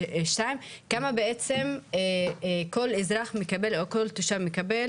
כמה בעצם כל אזרח מקבל או כל תושב מקבל